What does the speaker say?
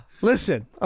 Listen